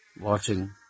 watching